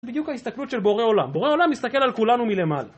בדיוק ההסתכלות של בורא עולם. בורא עולם מסתכל על כולנו מלמעלה.